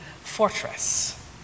fortress